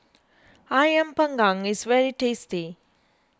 Ayam Panggang is very tasty